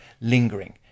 lingering